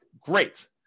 great